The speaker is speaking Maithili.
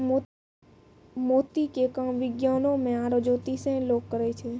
मोती के काम विज्ञानोॅ में आरो जोतिसें लोग करै छै